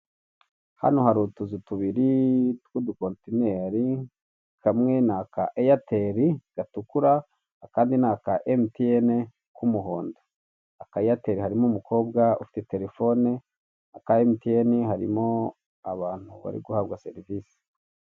Hano hari utuzu tubiri tw'udukontineri kamwe ni aka eyateri gatukura akandi ni aka emutiyene k'umuhondo. Aka eyateri harimo umukobwa ufite telefone, aka emutiyeni harimo abantu bari guhabwa serivise.